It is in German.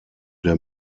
der